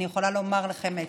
אני יכולה לומר לכם,